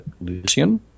Lucian